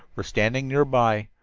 were standing nearby,